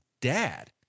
dad